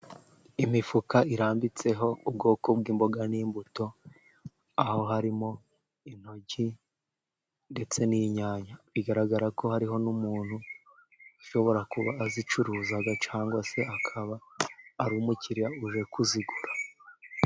Imifuka irambitseho ubwoko bw'imboga n'imbuto, aho harimo intoryi ndetse n'inyanya. Bigaragara ko hariho n'umuntu ushobora kuba azicuruza, cyangwa se akaba ari umukiriya uje kuzigura.